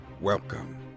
Welcome